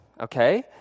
okay